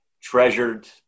treasured